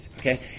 Okay